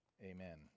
Amen